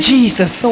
Jesus